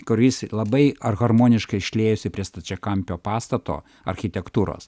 kuris labai ar harmoniškai šliejasi prie stačiakampio pastato architektūros